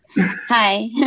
Hi